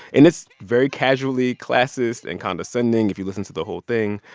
and it's very casually classist and condescending if you listen to the whole thing.